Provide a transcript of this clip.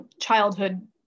childhood